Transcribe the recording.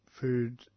food